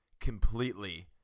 completely